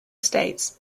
states